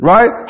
Right